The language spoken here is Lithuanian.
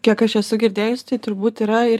kiek aš esu girdėjus tai turbūt yra ir